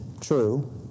true